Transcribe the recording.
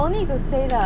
no need to say 了